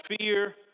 fear